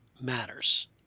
matters